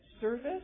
service